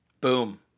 Boom